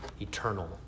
eternal